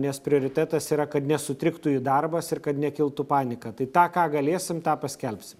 nes prioritetas yra kad nesutriktų jų darbas ir kad nekiltų panika tai tą ką galėsim tą paskelbsim